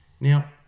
Now